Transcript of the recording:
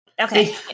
Okay